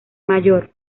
mayor